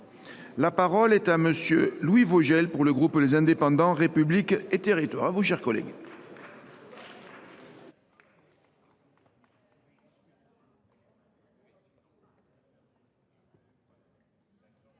La parole est à M. Louis Vogel, pour le groupe Les Indépendants – République et Territoires.